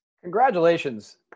Congratulations